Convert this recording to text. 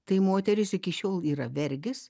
tai moterys iki šiol yra vergės